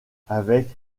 avec